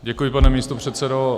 Děkuji, pane místopředsedo.